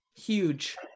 huge